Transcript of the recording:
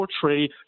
portray